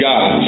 God